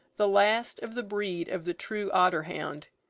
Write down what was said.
the last of the breed of the true otter-hound.